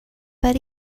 but